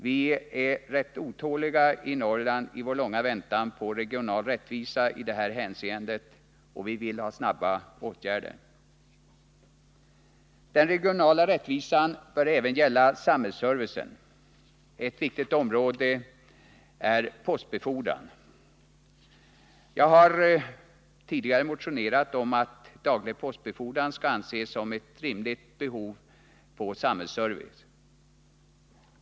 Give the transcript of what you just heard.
Vi är rätt otåliga i Norrland i vår långa väntan på regional rättvisa i detta hänseende, och vi vill ha snabba åtgärder. Den regionala rättvisan bör även gälla samhällsservicen. Ett viktigt område är postbefordran. Jag har tidigare motionerat om att daglig postbefordran skall anses som ett rimligt krav på samhällsservice.